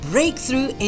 Breakthrough